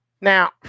Now